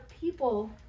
people